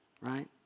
Right